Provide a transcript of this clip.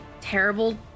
terrible